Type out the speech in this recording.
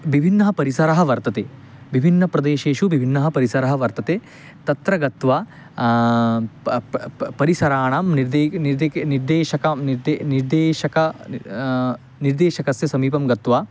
विभिन्नः परिसरः वर्तते विभिन्नप्रदेशेषु विभिन्नः परिसरः वर्तते तत्र गत्वा प् प् प् परिसराणां निदीग् निर्दिके निर्देशकं निर्दे निर्देशकः निर्देशकस्य समीपं गत्वा